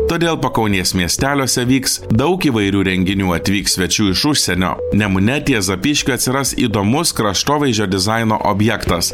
todėl pakaunės miesteliuose vyks daug įvairių renginių atvyks svečių iš užsienio nemune ties zapyškiu atsiras įdomus kraštovaizdžio dizaino objektas